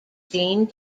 gene